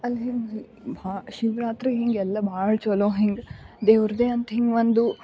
ಅಲ್ಲಿ ಹಿಂಗ ಭಾ ಶಿವರಾತ್ರಿ ಹಿಂಗ ಎಲ್ಲ ಭಾಳ ಚಲೋ ಹಿಂಗ ದೇವ್ರದೇ ಅಂತ ಹಿಂಗ ಒಂದು